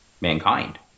mankind